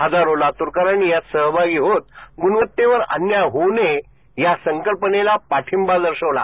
हजारो लातूरकरांनी यात सहभागी होत गुणवत्तेवर अन्याय होऊ नये या संकल्पनेला पाठिंबा दर्शवला